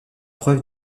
preuve